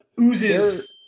oozes